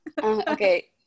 Okay